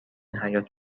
حیاط